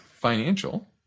financial